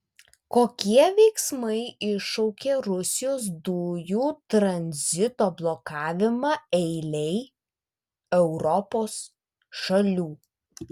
kokie veiksmai iššaukė rusijos dujų tranzito blokavimą eilei europos šalių